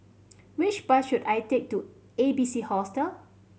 which bus should I take to A B C Hostel